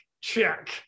check